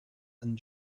and